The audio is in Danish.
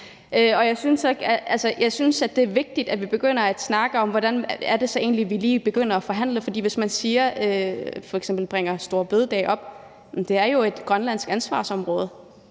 Jeg synes, at det er vigtigt, at vi begynder at snakke om, hvordan det så egentlig er, vi begynder at forhandle. Nu bringer man f.eks. store bededag op, men det er jo et grønlandsk ansvarsområde.